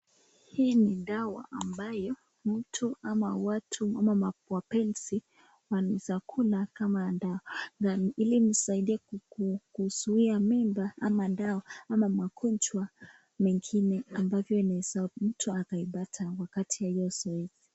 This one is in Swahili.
Hii ni dawa ambayo mtu ama watu ama wapenzi wanaweza kula kama dawa ili kusaidia kuzuia mimba ama magonjwa mengine ambavyo ni za mtu ataipata wakati wa hiyo [].